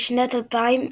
בשנת 2000,